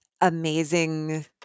amazing